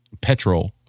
petrol